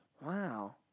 Wow